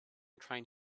trying